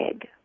egg